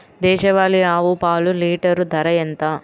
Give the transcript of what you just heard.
దేశవాలీ ఆవు పాలు లీటరు ధర ఎంత?